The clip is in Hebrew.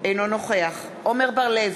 אינו נוכח עמר בר-לב,